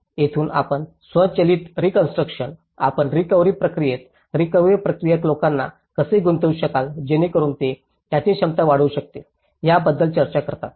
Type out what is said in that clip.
येथून आपण स्व चालित रीकॉन्स्ट्रुकशन आपण रिकव्हरी प्रक्रियेत रिकव्हरी प्रक्रियेत लोकांना कसे गुंतवू शकाल जेणेकरुन ते त्यांची क्षमता वाढवू शकतील याबद्दल चर्चा करतात